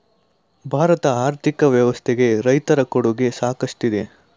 ಭಾರತದ ಆರ್ಥಿಕ ವ್ಯವಸ್ಥೆಗೆ ರೈತರ ಕೊಡುಗೆ ಸಾಕಷ್ಟಿದೆ